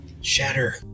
Shatter